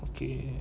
okay